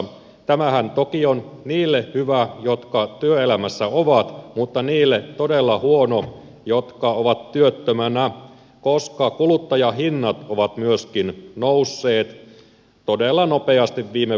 tämähän toki on niille hyvä jotka työelämässä ovat mutta niille todella huono jotka ovat työttömänä koska kuluttajahinnat ovat myöskin nousseet todella nopeasti viime vuosina